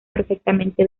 perfectamente